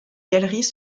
galeries